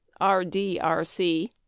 rdrc